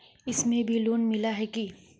इसमें भी लोन मिला है की